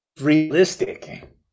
realistic